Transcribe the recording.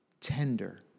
tender